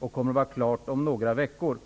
och utredningen kommer att vara klar om några veckor.